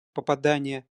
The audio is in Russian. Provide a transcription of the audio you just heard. попадания